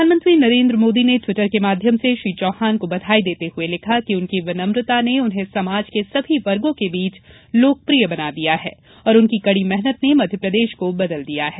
प्रधानमंत्री नरेन्द्र मोदी ने ट्विटर के माध्यम से श्री चौहान को बधाई देते हुए लिखा कि उनकी विनम्रता ने उन्हें समाज के सभी वर्गों के बीच लोकप्रिय बना दिया है और उनकी कड़ी मेहनत ने मध्यप्रदेश को बदल दिया है